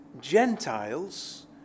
Gentiles